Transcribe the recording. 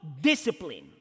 discipline